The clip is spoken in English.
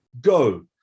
go